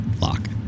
lock